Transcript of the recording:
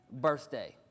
Birthday